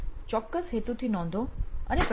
ચોક્કસ હેતુથી નોંધો અને પ્રકરણો વાંચવા